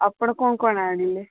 ଆପଣ କ'ଣ କ'ଣ ଆଣିଲେ